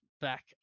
back